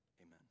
Amen